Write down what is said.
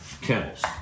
Kennels